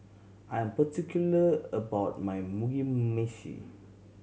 I am particular about my Mugi Meshi